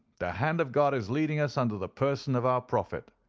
the hand of god is leading us under the person of our prophet.